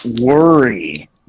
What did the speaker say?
worry